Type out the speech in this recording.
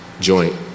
joint